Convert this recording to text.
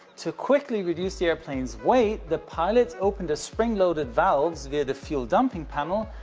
to quickly reduce the airplane's weight, the pilots opened a spring-loaded valves via the fuel dumping panel,